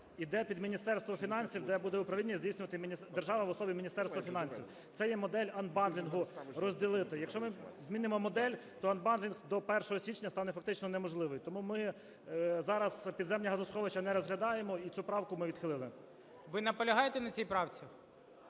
іде під Міністерство фінансів, де буде управління здійснювати держава в особі Міністерства фінансів. Це є модель анбандлінгу - розділити. Якщо ми змінимо модель, то анбандлінг до 1 січня стане фактично неможливий. Тому ми зараз підземні газосховища не розглядаємо і цю правку ми відхилили. Веде засідання